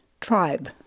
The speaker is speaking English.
Tribe